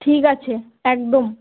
ঠিক আছে একদম